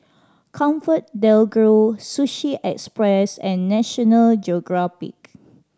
ComfortDelGro Sushi Express and National Geographic